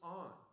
on